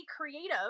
creative